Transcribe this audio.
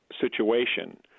situation